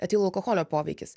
etilo alkoholio poveikis